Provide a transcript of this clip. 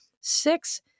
six